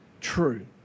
true